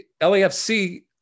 LAFC